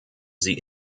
sie